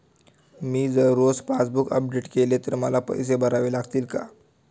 मी जर रोज passbook update केले तर मला पैसे भरावे लागतील का?